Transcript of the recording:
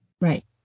right